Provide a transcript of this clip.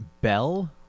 Bell